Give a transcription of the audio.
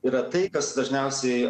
yra tai kas dažniausiai